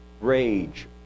rage